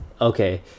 Okay